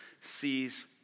sees